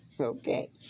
Okay